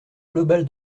globale